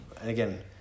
again